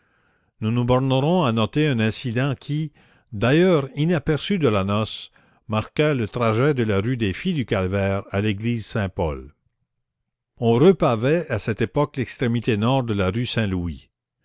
nous nous bornerons à noter un incident qui d'ailleurs inaperçu de la noce marqua le trajet de la rue des filles du calvaire à l'église saint-paul on repavait à cette époque l'extrémité nord de la rue saint-louis